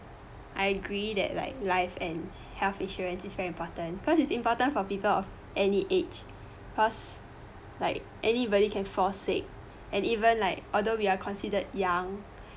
I agree that like life and health insurance is very important cause is important for people of any age cause like anybody can fall sick and even like although we are considered young